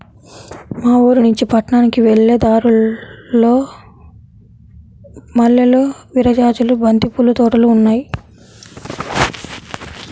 మా ఊరినుంచి పట్నానికి వెళ్ళే దారిలో మల్లెలు, విరజాజులు, బంతి పూల తోటలు ఉన్నాయ్